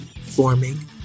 forming